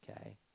Okay